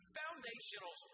foundational